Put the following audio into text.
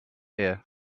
ear